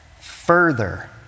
Further